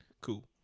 Cool